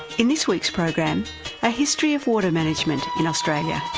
in this week's program a history of water management in australia.